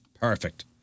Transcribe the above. Perfect